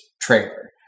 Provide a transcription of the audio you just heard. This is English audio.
trailer